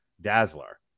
dazzler